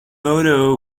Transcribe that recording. motto